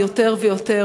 יותר ויותר.